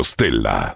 Stella